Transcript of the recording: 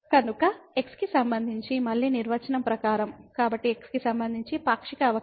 కాబట్టి x కి సంబంధించి మళ్ళీ నిర్వచనం ప్రకారం కాబట్టి x కి సంబంధించి పాక్షిక అవకలనం